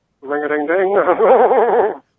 Ring-a-ding-ding